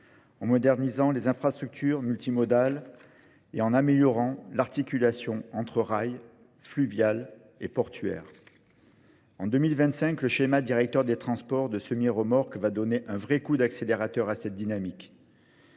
en modernisant les infrastructures multimodales et en améliorant l'articulation entre rails, fluviales et portuaires. En 2025, le schéma directeur des transports de semi-héromorques va donner un vrai coup d'accélérateur à cette dynamique.